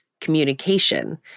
communication